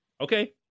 Okay